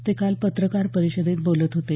ते काल पत्रकार परिषदेत बोलत होते